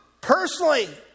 personally